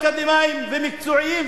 אקדמאים ומקצועיים,